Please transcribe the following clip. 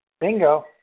Bingo